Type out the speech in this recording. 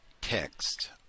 text